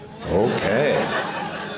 Okay